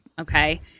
Okay